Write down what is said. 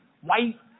white